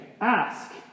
Ask